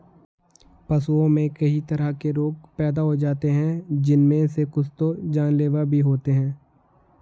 पशुओं में कई तरह के रोग पैदा हो जाते हैं जिनमे से कुछ तो जानलेवा भी होते हैं